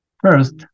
First